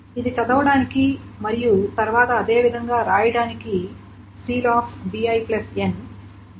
ఇది చదవడానికి మరియు తరువాత అదే విధంగా రాయటానికి సీక్ లు అవసరం